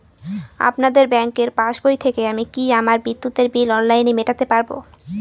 আপনাদের ব্যঙ্কের পাসবই থেকে আমি কি আমার বিদ্যুতের বিল অনলাইনে মেটাতে পারবো?